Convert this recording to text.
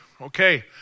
Okay